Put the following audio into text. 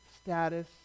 status